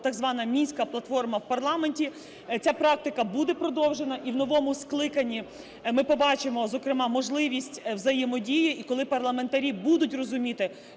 так звана "Мінська платформа" в парламенті, ця практика буде продовжена і в новому скликанні ми побачимо, зокрема, можливість взаємодії. І коли парламентарі будуть розуміти,